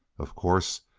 of course,